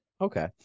Okay